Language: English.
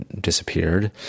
disappeared